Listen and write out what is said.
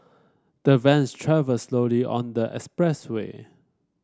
the vans travelled slowly on the expressway